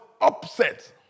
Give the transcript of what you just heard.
upset